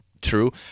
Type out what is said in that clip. true